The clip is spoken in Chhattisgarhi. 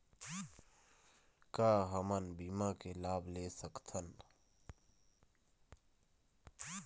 का हमन बीमा के लाभ ले सकथन?